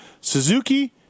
Suzuki